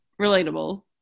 relatable